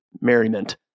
merriment